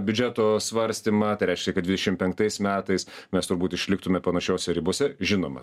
biudžeto svarstymą tai reiškia kad dvidešim penktais metais mes turbūt išliktume panašiose ribose žinoma